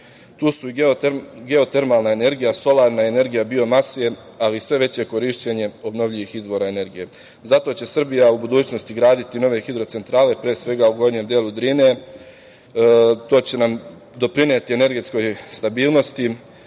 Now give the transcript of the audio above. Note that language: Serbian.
Tu su i geotermalna energija, solarna energija biomase, ali i sve veće korišćenje obnovljivih izvora energije. Zato će Srbija u budućnosti graditi nove hidrocentrale, pre svega u gornjem delu Drine. To će nam doprineti energetskoj stabilnosti.